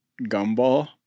Gumball